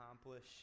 accomplish